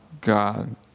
God